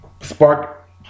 spark